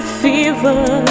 fever